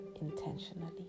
intentionally